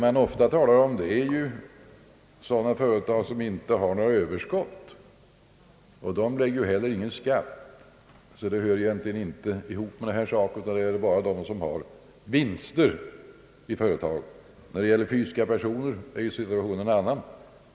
Man talar ofta om sådana företag som inte har några överskott och som inte heller erlägger någon skatt. Det hör alltså egentligen inte ihop med denna sak utan gäller bara dem som har vinst i företaget. När det gäller fysiska personer är situationen en annan.